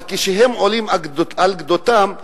אבל כשהם עולים על גדותיהם,